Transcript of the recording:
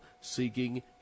seeking